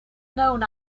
known